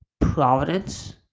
Providence